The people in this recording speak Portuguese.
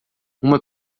uma